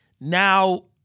Now